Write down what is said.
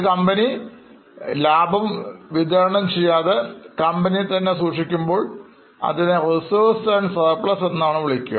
കമ്പനിയുടെ ലാഭം വിതരണം ചെയ്യാതെ കമ്പനിയിൽ തന്നെ സൂക്ഷിക്കുമ്പോൾ അതിനെ Reserves and Surplus വിളിക്കുന്നു